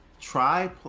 Try